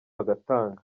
agatanga